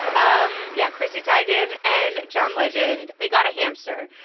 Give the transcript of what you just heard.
um yeah, chrissy tygen and john legend they got a hamster.